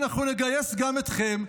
אנחנו נגייס גם אתכם,